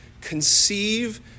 conceive